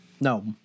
No